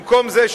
במקום זה,